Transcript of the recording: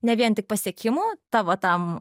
ne vien tik pasiekimų tavo tam